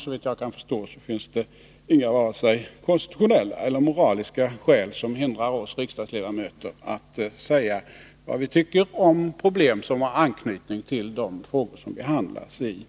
Såvitt jag kan förstå finns det inga vare sig konstitutionella eller moraliska skäl som hindrar oss riksdagsledamöter att säga vad vi tycker om problem som har anknytning till de frågor som behandlas i